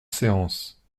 séance